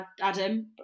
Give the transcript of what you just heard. Adam